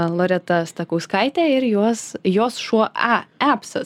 loreta stakauskaitė ir juos jos šuo a epsas